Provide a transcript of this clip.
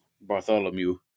Bartholomew